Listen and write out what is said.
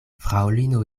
fraŭlino